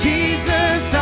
Jesus